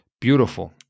Beautiful